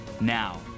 now